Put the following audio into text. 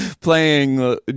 playing